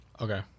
Okay